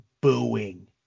booing